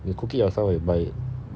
you cook it yourself or you buy it